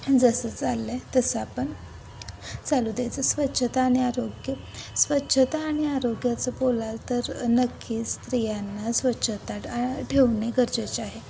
जसं चाललं आहे तसं आपण चालू द्यायचं स्वच्छता आणि आरोग्य स्वच्छता आणि आरोग्याचं बोलाल तर नक्की स्त्रियांना स्वच्छता ठेवणे गरजेचे आहे